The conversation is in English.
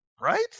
right